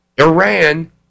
Iran